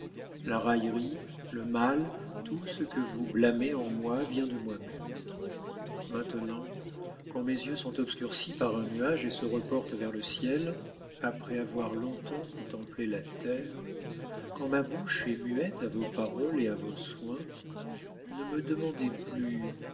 la raillerie le mal tout ce que vous blâmez en moi vient de moi-même maintenant quand mes yeux sont obscurcis par un nuage et se reportent vers le ciel après avoir long-temps contemplé la terre quand ma bouche est muette à vos paroles et à vos soins ne me demandez plus